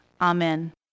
Amen